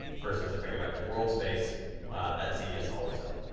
versus if i go back to world space that z is always up.